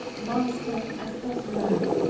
master as does man,